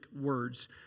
words